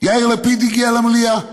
יאיר לפיד הגיע למליאה.